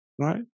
Right